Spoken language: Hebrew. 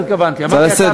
התכוונתי להצעה לסדר-היום.